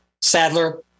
Sadler